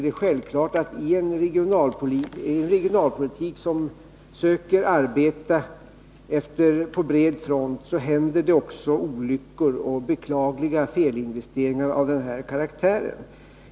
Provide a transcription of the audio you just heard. Det är klart att det i en regionalpolitik där man söker arbeta på bred front också händer olyckor och beklagliga felinvesteringar av den här karaktären.